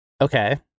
Okay